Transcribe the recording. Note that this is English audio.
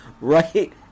right